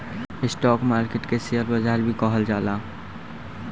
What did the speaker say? stock market के share बाजार भी कहल जाला